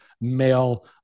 male